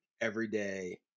everyday